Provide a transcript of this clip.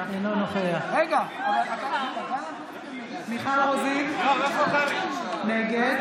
נוכח מיכל רוזין, נגד